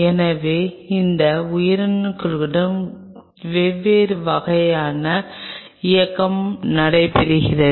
எனவே இந்த உயிரணுக்களுடன் வெவ்வேறு வகையான இயக்கம் நடைபெறுகிறது